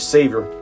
Savior